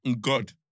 God